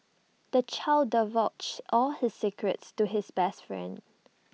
the child divulged all his secrets to his best friend